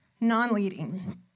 non-leading